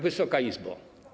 Wysoka Izbo!